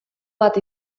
bat